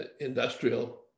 industrial